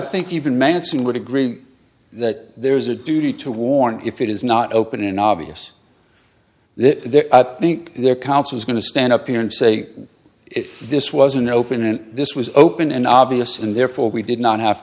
think even manson would agree that there is a duty to warn if it is not open in obvious that i think their counsel is going to stand up here and say if this was an open and this was open and obvious and therefore we did not have